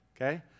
okay